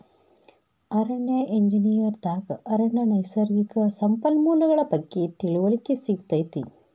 ಅರಣ್ಯ ಎಂಜಿನಿಯರ್ ದಾಗ ಅರಣ್ಯ ನೈಸರ್ಗಿಕ ಸಂಪನ್ಮೂಲಗಳ ಬಗ್ಗೆ ತಿಳಿವಳಿಕೆ ಸಿಗತೈತಿ